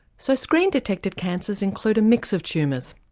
so screen detected cancers include a mix of tumours.